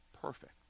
perfect